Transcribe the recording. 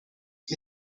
gli